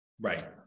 right